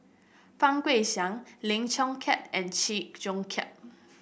Fang Guixiang Lim Chong Keat and Chew Joo Chiat